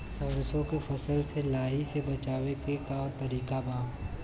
सरसो के फसल से लाही से बचाव के का तरीका बाटे?